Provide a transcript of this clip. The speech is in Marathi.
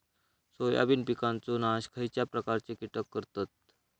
सोयाबीन पिकांचो नाश खयच्या प्रकारचे कीटक करतत?